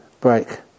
break